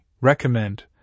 recommend